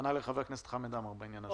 פנה אליי גם חבר הכנסת חמד עמאר בעניין הזה.